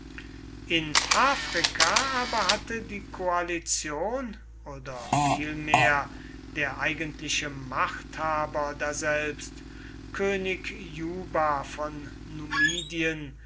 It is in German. in afrika aber hatte die koalition oder vielmehr der eigentliche machthaber daselbst könig juba von